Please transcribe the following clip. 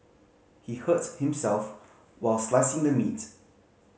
he hurt himself while slicing the meat